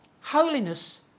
Holiness